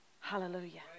Hallelujah